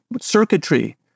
circuitry